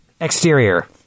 Exterior